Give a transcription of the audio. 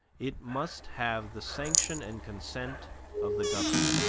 it must have the sanction and consent of the governed.